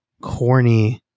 corny